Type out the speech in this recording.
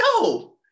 No